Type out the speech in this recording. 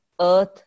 earth